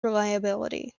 reliability